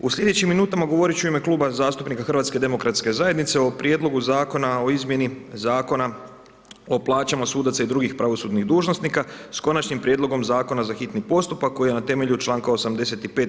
U sljedećim minutama govoriti ću ime Kluba zastupnika HDZ-a o prijedlogu Zakona o izmjeni Zakona o plaćama sudaca i drugih pravosudnih dužnosnika, s konačnim prijedlogom Zakona za hitni postupak, koji je na temelju čl. 85.